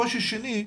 קושי שני,